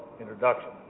introduction